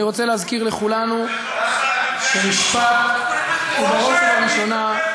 ואני רוצה להזכיר לכולנו שמשפט הוא בראש ובראשונה,